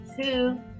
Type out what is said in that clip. two